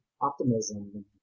optimism